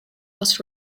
was